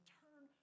turn